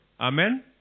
Amen